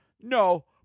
No